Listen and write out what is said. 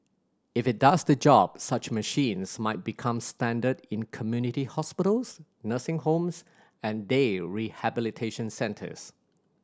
if it does the job such machines might become standard in community hospitals nursing homes and day rehabilitation centres